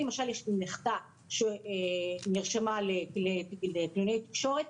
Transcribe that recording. למשל יש לי נכדה שנרשמה לקלינאות תקשורת,